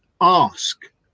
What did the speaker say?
ask